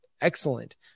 excellent